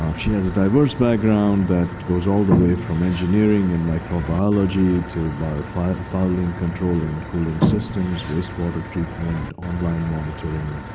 um she has a diverse background that goes all the way from engineering in microbiology, to bio-fouling, controlling cooling systems, wastewater treatment, online monitoring,